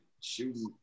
shooting